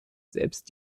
selbst